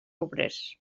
obrers